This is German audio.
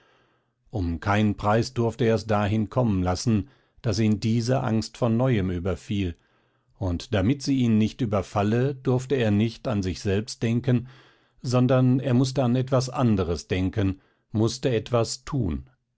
um keinen preis durfte er es dahin kommen lassen daß ihn diese angst von neuem überfiel und damit sie ihn nicht überfalle durfte er nicht an sich selbst denken sondern er mußte an etwas anderes denken mußte etwas tun